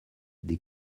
des